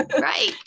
Right